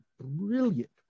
brilliant